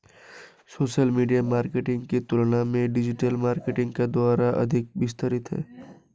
social media marketing की तुलना में डिजिटल मार्केटिंग का दायरा अधिक विस्तृत है